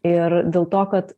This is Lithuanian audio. ir dėl to kad